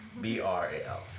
B-R-A-L